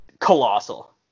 Colossal